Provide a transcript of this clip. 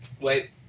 Wait